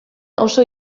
oso